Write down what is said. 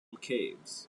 caves